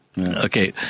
Okay